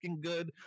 good